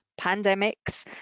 pandemics